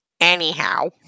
Anyhow